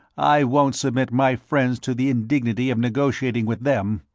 i won't submit my friends to the indignity of negotiating with them,